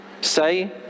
say